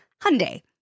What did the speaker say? Hyundai